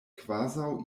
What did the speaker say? kvazaŭ